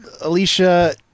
Alicia